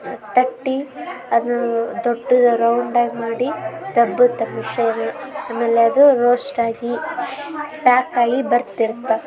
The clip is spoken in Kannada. ತಟ್ಟಿ ಅದನ್ನ ದೊಡ್ಡದು ರೌಂಡಾಗಿ ಮಾಡಿ ದಬ್ಬತ್ತೆ ಮಿಷನು ಆಮೇಲೆ ಅದು ರೋಷ್ಟ್ ಆಗಿ ಪ್ಯಾಕ್ ಆಗಿ ಬರ್ತಿರ್ತಾವೆ